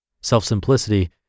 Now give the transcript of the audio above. self-simplicity